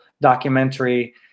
documentary